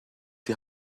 die